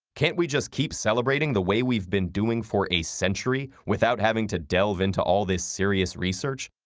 can't we just keep celebrating the way we've been doing for a century, without having to delve into all this serious research?